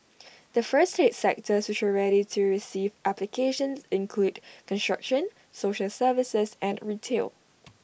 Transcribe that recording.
the first eight sectors which are ready to receive applications include construction social services and retail